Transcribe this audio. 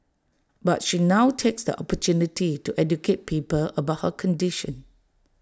but she now takes the opportunity to educate people about her condition